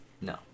No